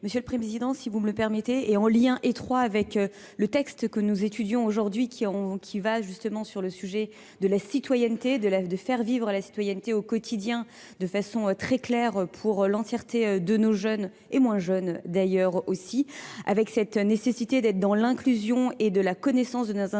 monsieur le Président si vous me le permettez est en lien étroit avec le texte que nous étudions aujourd'hui qui va justement sur le sujet de la citoyenneté, de faire vivre la citoyenneté au quotidien de façon très claire pour l'entièreté de nos jeunes et moins jeunes d'ailleurs aussi. avec cette nécessité d'être dans l'inclusion et de la connaissance de nos institutions